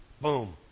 boom